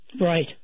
Right